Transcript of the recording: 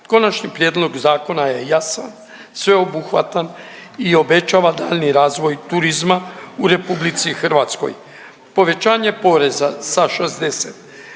Konačni prijedlog zakona je jasan, sveobuhvatan i obećava daljnji razvoj turizma u RH. Povećanje poreza sa 60